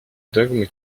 dogme